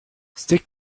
stick